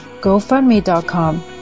GoFundMe.com